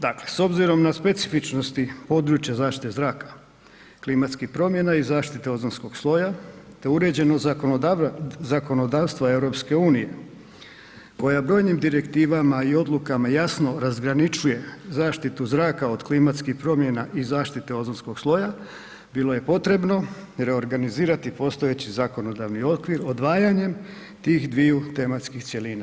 Dakle s obzirom na specifičnosti područja zaštite zraka klimatskih promjena i zaštite ozonskog sloja te uređenost zakonodavstva EU koja brojnim direktivama i odlukama jasno razgraničuje zaštitu zraka od klimatskih promjena i zaštite ozonskog sloja, bilo je potrebno reorganizirati postojati zakonodavni okvir odvajanjem tih dviju tematskih cjelina.